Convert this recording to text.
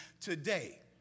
today